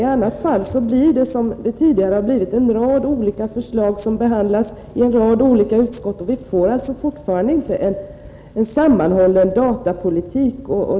I annat fall blir det, som det tidigare har blivit, en rad olika förslag som behandlas i en rad olika utskott, och vi får fortfarande inte en sammanhållen datapolitik.